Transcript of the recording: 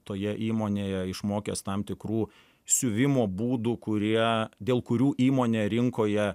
toje įmonėje išmokęs tam tikrų siuvimo būdų kurie dėl kurių įmonė rinkoje